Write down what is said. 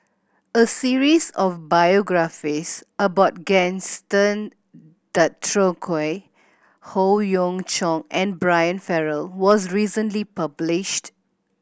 a series of biographies about Gaston Dutronquoy Howe Yoon Chong and Brian Farrell was recently published